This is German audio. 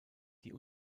die